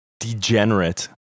Degenerate